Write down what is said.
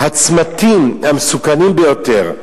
הצמתים המסוכנים ביותר,